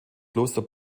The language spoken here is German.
kloster